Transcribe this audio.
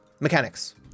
mechanics